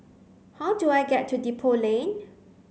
how do I get to Depot Lane